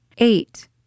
Eight